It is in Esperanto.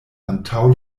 antaŭ